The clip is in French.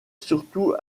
surtout